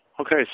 Okay